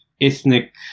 ethnic